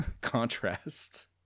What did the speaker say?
contrast